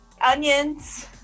onions